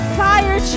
fire